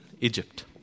Egypt